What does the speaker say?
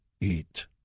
eat